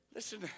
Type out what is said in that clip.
Listen